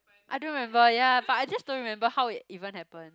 I don't remember ya but I just don't remember how it even happen